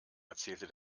erzählte